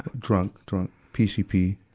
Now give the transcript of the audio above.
drunk, drunk. pcp,